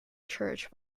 church